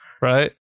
Right